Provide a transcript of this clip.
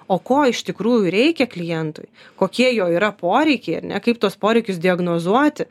o ko iš tikrųjų reikia klientui kokie jo yra poreikiai ar ne kaip tuos poreikius diagnozuoti